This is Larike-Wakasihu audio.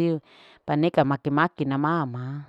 tapaya paneka maki. maki na mama tataya.